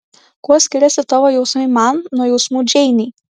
kuo skiriasi tavo jausmai man nuo jausmų džeinei